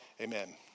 Amen